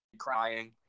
crying